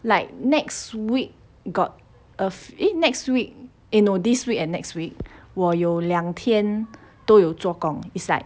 like next week got a fe~ eh next week eh no this week and next week 我有两天都有做工 is like